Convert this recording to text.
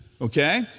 Okay